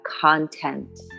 content